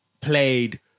played